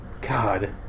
God